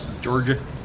Georgia